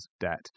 debt